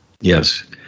Yes